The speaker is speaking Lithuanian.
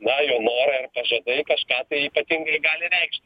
na jo norai ar pažadai kažką tai ypatingai gali reikšti